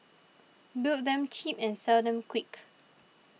build them cheap and sell them quick